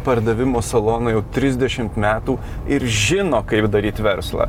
pardavimo salonų jau trisdešimt metų ir žino kaip daryt verslą